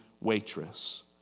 waitress